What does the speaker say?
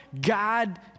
God